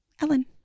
Ellen